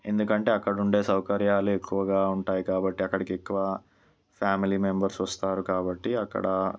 ఎందుకంటే అక్కడ ఉండే సౌకర్యాలు ఎక్కువగా ఉంటాయి కాబట్టి అక్కడికి ఎక్కువ ఫ్యామిలీ మెంబర్స్ వస్తారు కాబట్టి అక్కడ